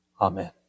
Amen